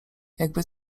jakby